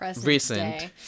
recent